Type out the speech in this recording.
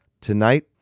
Tonight